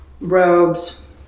robes